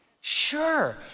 Sure